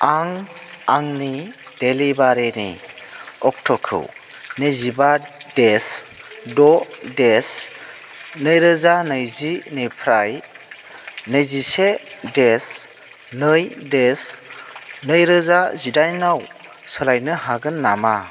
आं आंनि डेलिबारिनि अक्ट'खौ नैजिबा द' नै रोजा नैजिनिफ्राय नैजिसे नै नै रोजा जिडाइनआव सोलायनो हागोन नामा